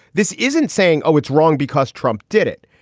this isn't saying, oh, it's wrong because trump did it.